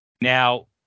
Now